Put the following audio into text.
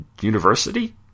university